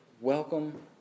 Welcome